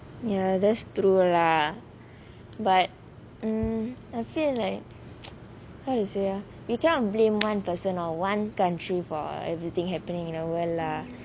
ya that's true lah but mm I feel like how to say ah you cannot blame one person or one country for everything happening in the world lah